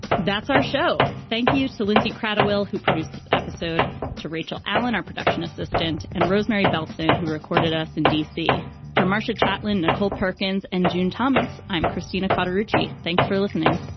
that's our show. thank you to lindsey kratochvil, who produced this episode to rachel allen, our production assistant, and rosemarie bellson, who recorded us in d c. for marcia chaplin, nicole perkins and june thomas. i'm christina choteau but rugy. thanks for listening